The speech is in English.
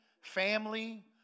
family